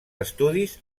estudis